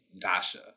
Dasha